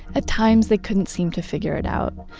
at times they couldn't seem to figure it out.